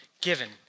given